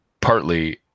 partly